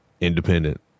independent